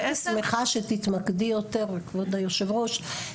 אני הייתי שמחה שתתמקדי יותר כבוד היושב ראש,